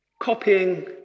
copying